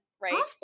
right